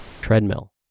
treadmill